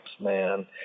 man